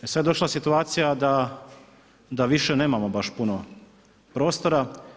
E sad je došla situacija da više nemamo baš puno prostora.